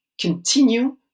continue